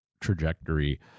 trajectory